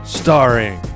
starring